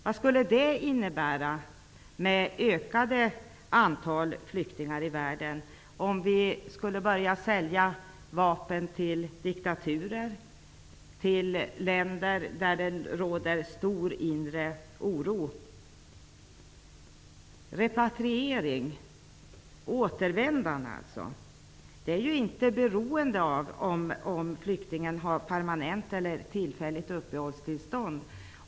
Vad skulle en sådan försäljning av vapen till diktaturer och till länder med stor inre oro innebära, med ett ökat antal flyktingar i världen? Repatrieringen, hemsändandet, är inte avhängigt om flyktingen har permanent eller tillfälligt uppehållstillstånd.